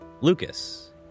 Lucas